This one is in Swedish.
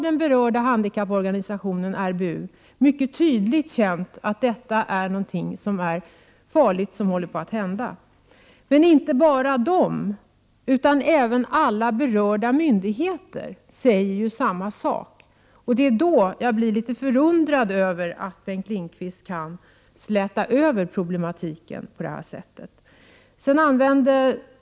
Den berörda handikapporganisationen, RBU, känner nu mycket tydligt att någonting farligt håller på att hända. Men det gäller inte bara RBU, utan alla berörda myndigheter säger samma sak. Det är därför som jag blir litet förundrad över att Bengt Lindqvist slätar över problematiken på detta sätt.